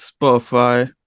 Spotify